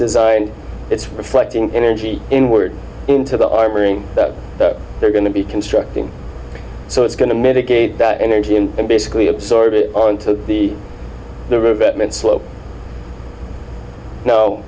designed it's reflecting energy inward into the armory that they're going to be constructing so it's going to mitigate that energy and basically absorb it on to the the